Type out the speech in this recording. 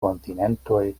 kontinentoj